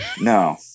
No